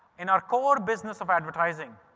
in our core business of advertising,